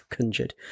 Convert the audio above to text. conjured